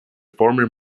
former